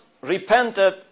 repented